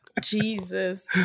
Jesus